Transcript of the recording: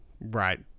Right